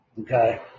Okay